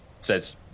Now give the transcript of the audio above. says